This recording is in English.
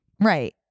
Right